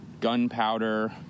gunpowder